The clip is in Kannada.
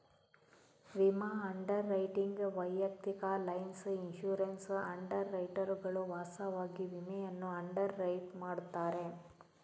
ವಿಮಾ ಅಂಡರ್ ರೈಟಿಂಗ್ ವೈಯಕ್ತಿಕ ಲೈನ್ಸ್ ಇನ್ಶೂರೆನ್ಸ್ ಅಂಡರ್ ರೈಟರುಗಳು ವಾಸ್ತವವಾಗಿ ವಿಮೆಯನ್ನು ಅಂಡರ್ ರೈಟ್ ಮಾಡುತ್ತಾರೆ